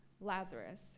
Lazarus